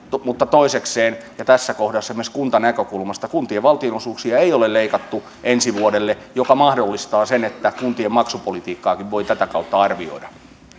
mutta toisekseen tässä kohdassa myös kuntanäkökulmasta kuntien valtionosuuksia ei ole leikattu ensi vuodelle mikä mahdollistaa sen että kuntien maksupolitiikkaakin voi tätä kautta arvioida